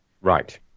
right